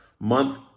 month